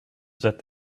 that